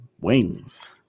wings